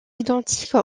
identiques